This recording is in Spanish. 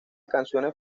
canciones